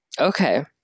Okay